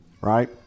Right